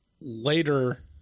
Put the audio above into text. later